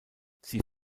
sie